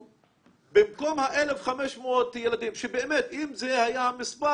במקום ה-1,500 ילדים שבאמת אם זה היה המספר,